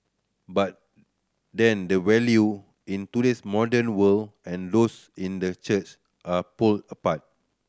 but then the value in today's modern world and those in the church are pole apart